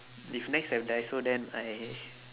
if nex have daiso then I